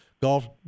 golf